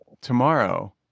tomorrow